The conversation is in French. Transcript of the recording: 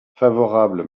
favorable